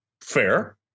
fair